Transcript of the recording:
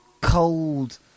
cold